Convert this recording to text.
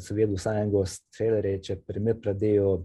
sovietų sąjungos treileriai čia pirmi pradėjo